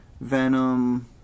Venom